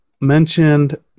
mentioned